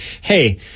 hey